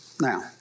now